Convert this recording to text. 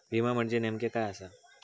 विमा म्हणजे नेमक्या काय आसा?